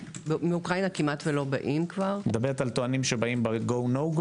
מאוקראינה כמעט לא באים כבר אני מדברת שבאים בכלל,